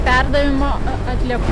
perdavimo atliekų